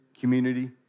community